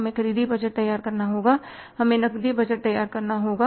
हमें खरीदी बजट तैयार करना होगा हमें नकदी बजट तैयार करना होगा